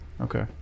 Okay